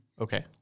Okay